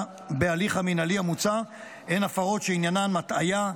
בהליך המינהלי המוצע הן הפרות שעניינן הטעיה,